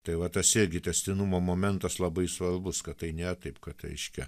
tai va tas irgi tęstinumo momentas labai svarbus kad tai nėra taip kad reiškia